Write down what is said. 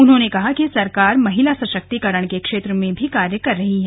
उन्होंने कहा कि सरकार महिला सशक्तिकरण के क्षेत्र में भी कार्य कर रही है